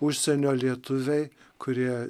užsienio lietuviai kurie